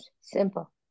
simple